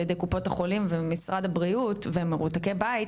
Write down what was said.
ידי משרד הבריאות וקופות החולים והם מרותקי בית,